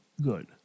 good